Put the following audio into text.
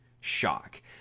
shock